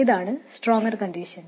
ഇതാണ് stronger condition